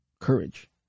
courage